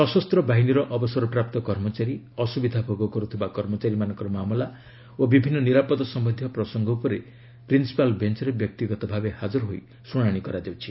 ସଶସ୍ତ ବାହିନୀର ଅବସରପ୍ରାପ୍ତ କର୍ମଚାରୀ ଅସୁବିଧା ଭୋଗ କରୁଥିବା କର୍ମଚାରୀମାନଙ୍କ ମାମଲା ଓ ବିଭିନ୍ନ ନିରାପଦ ସମ୍ଭନ୍ଧୀୟ ପ୍ରସଙ୍ଗ ଉପରେ ପ୍ରିନ୍ନପାଲ୍ ବେଞ୍ଚରେ ବ୍ୟକ୍ତିଗତ ଭାବେ ହାଜର ହୋଇ ଶୁଣାଣି କରାଯାଉଛି